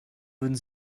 würden